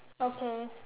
okay